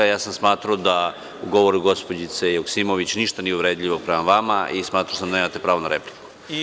Ja sam smatrao da u govoru gospođice Joksimović ništa nije uvredljivo prema vama i smatrao sam da nemate pravo na repliku.